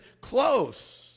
close